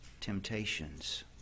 Temptations